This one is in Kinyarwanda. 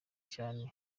cyane